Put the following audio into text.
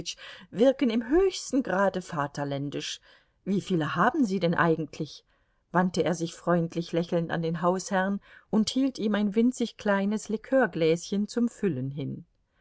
wirken im höchsten grade vaterländisch wie viele haben sie denn eigentlich wandte er sich freundlich lächelnd an den hausherrn und hielt ihm ein winzig kleines likörgläschen zum füllen hin